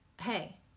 hey